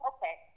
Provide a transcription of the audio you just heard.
Okay